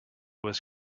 was